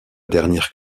dernière